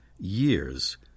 years